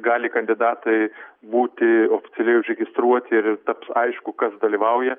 gali kandidatai būti oficialiai užregistruoti ir taps aišku kas dalyvauja